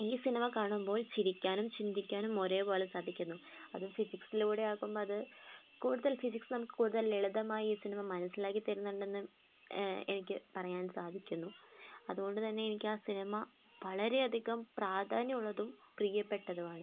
ഈ സിനിമ കാണുമ്പോൾ ചിരിക്കാനും ചിന്തിക്കാനും ഒരേപോലെ സാധിക്കുന്നു അത് ഫിസിക്സിലൂടെയാകുമ്പോള് അത് കൂടുതൽ ഫിസിക്സ് നമുക്ക് കൂടുതൽ ലളിതമായി സിനിമ മനസ്സിലാക്കിത്തരുന്നുണ്ടെന്ന് എനിക്ക് പറയാൻ സാധിക്കുന്നു അതുകൊണ്ട് തന്നെ എനിക്ക് ആ സിനിമ വളരെയധികം പ്രാധാന്യമുള്ളതും പ്രിയപ്പെട്ടതുമാണ്